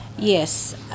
Yes